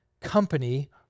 company